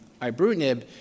ibrutinib